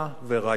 מי ואיך?